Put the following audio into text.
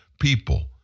people